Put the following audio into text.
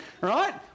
right